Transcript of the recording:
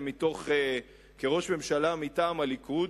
כראש ממשלה מטעם הליכוד,